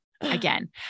Again